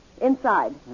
Inside